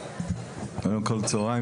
קודם כל צוהריים